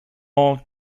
all